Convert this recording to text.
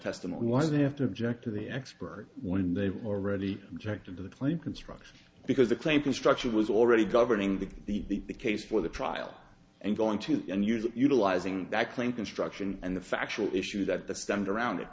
testimony was they have to object to the expert when they've already objected to the plane construction because the claim construction was already governing the the case for the trial and going to use utilizing that claim construction and the factual issue that the stand around it